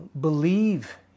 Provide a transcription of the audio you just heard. Believe